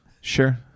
Sure